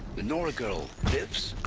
the nora girl. lives?